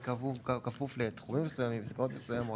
כפוף לתחומים מסוימים ולעסקאות מסוימות.